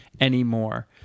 anymore